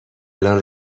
الان